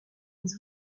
des